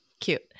Cute